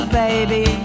baby